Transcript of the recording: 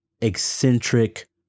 eccentric